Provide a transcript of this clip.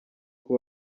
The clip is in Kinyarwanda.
uko